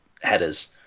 headers